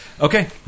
Okay